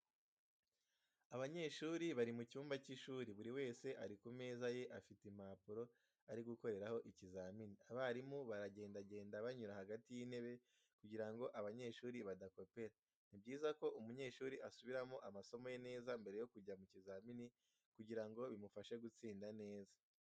Abanyeshuri bari mu cyumba cy'ishuri, buri wese ari ku meza ye afite impapuro ari gukoreraho ikizamini, abarimu baragendagenda banyura hagati y'intebe kugira ngo abanyeshuri badakopera. Ni byiza ko umunyeshuri asubiramo amasomo ye neza mbere yo kujya mu kizamini kugira ngo bimufashe gutsinda neza.